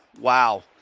Wow